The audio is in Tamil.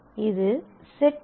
இது செட் தியரடிக் யூனியன்